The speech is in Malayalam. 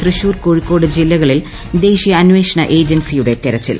തൃശൂർ കോഴിക്കോട് ജില്ലകളിൽ ദേശീയ അന്വേഷണ ഏജൻസിയുടെ തെരച്ചിൽ